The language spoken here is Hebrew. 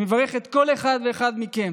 אני מברך כל אחד ואחד מכם,